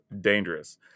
dangerous